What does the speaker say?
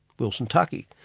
wilson tuckey.